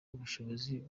ubushobozi